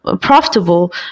profitable